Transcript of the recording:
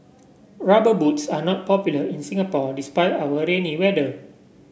rubber boots are not popular in Singapore despite our rainy weather